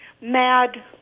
mad